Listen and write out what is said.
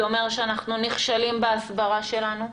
זה אומר שאנחנו נכשלים בהסברה שלנו.